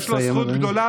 יש לו זכות גדולה,